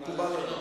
מקובל עלי.